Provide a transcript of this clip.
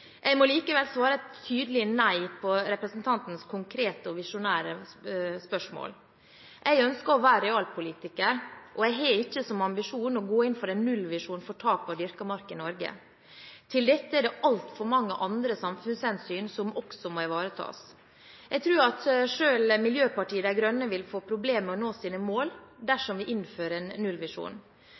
Jeg må likevel svare et tydelig nei på representantens konkrete og visjonære spørsmål. Jeg ønsker å være realpolitiker, og jeg har ikke som ambisjon å gå inn for en nullvisjon for tap av dyrket mark i Norge. Til dette er det altfor mange andre samfunnshensyn som også må ivaretas. Jeg tror at selv Miljøpartiet De Grønne ville få problemer med å nå sine mål dersom vi innfører en nullvisjon.